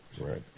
Right